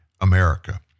America